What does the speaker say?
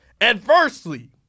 adversely